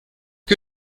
que